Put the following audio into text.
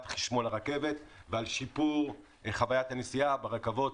חשמול הרכבת ועל שיפור חווית הנסיעה ברכבות.